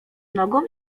nogą